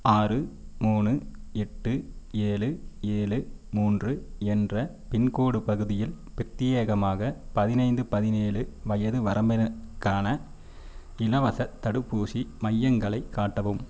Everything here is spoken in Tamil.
ஆறு மூணு எட்டு ஏழு ஏழு மூன்று என்ற பின்கோடு பகுதியில் பிரத்தியேகமாக பதினைந்து பதினேழு வயது வரம்பினருக்கான இலவசத் தடுப்பூசி மையங்களை காட்டவும்